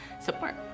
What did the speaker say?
support